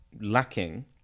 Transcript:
Lacking